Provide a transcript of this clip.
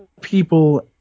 people